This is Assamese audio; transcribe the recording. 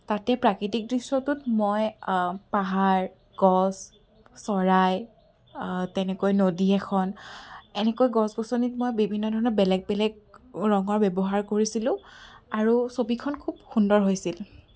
তাতে প্ৰাকৃতিক দৃশ্যটোত মই পাহাৰ গছ চৰাই তেনেকৈ নদী এখন এনেকৈ গছ গছনিত মই বিভিন্ন ধৰণৰ বেলেগ বেলেগ ৰঙৰ ব্যৱহাৰ কৰিছিলোঁ আৰু ছবিখন খুব সুন্দৰ হৈছিল